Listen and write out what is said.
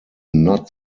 not